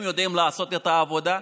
הם יודעים לעשות את העבודה.